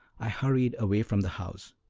i hurried away from the house.